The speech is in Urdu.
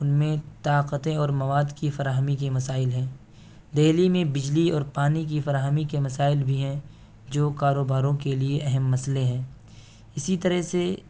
ان میں طاقتیں اور مواد کی فراہمی کے مسائل ہیں دہلی میں بجلی اور پانی کی فراہمی کے مسائل بھی ہیں جو کاروباروں کے لیے اہم مسئلے ہیں اسی طرح سے